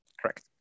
Correct